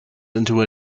into